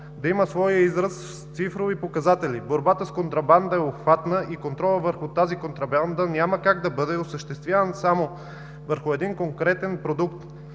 да има своя израз в цифрови показатели. Борбата с контрабандата е обхватна и контролът върху тази контрабанда няма как да бъде осъществяван само върху един конкретен продукт,